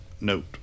note